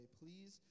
please